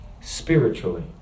spiritually